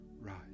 rise